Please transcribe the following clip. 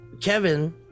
kevin